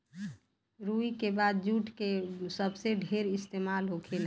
रुई के बाद जुट के सबसे ढेर इस्तेमाल होखेला